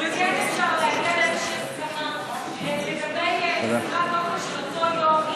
וכן אפשר להגיע לאיזושהי הסכמה לגבי מסירת אוכל של אותו יום,